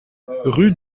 rue